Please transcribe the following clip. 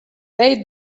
they